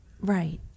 Right